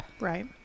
right